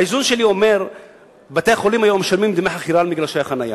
האיזון שלי אומר שהיום בתי-החולים משלמים דמי חכירה על מגרשי החנייה,